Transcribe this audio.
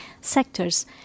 sectors